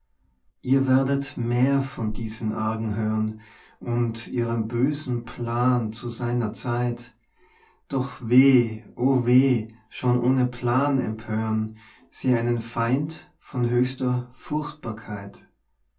ihr werdet mehr von diesen argen hören und ihrem bösen plan zu seiner zeit doch weh o weh schon ohne plan empören sie einen feind von höchster furchtbarkeit